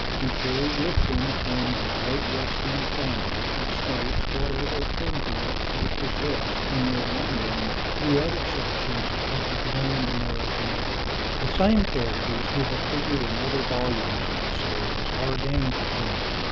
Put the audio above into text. who carry with them from the great western family of states whatever influence they possess in their wanderings through other sections of the grand american union. the same characters who have figured in other volumes of the series are again presented,